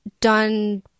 done